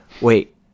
wait